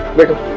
wouldn't